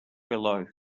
below